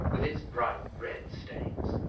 with its bright red stains.